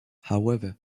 however